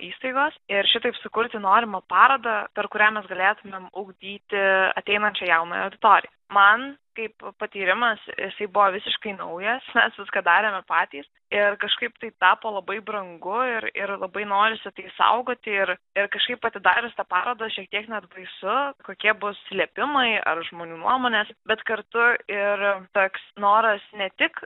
įstaigos ir šitaip sukurti norimą parodą per kurią mes galėtumėm ugdyti ateinančią jaunąją auditoriją man kaip patyrimas jisai buvo visiškai naujas mes viską darėme patys ir kažkaip tai tapo labai brangu ir ir labai norisi tai saugoti ir ir kažkaip atidarius tą parodą šiek tiek net baisu kokie bus slėpimai ar žmonių nuomonės bet kartu ir toks noras ne tik